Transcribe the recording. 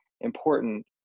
important